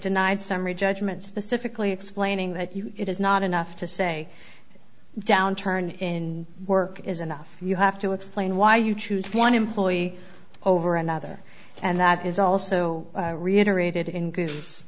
denied summary judgment specifically explaining that you it is not enough to say downturn in work is enough you have to explain why you choose one employee over another and that is also reiterated i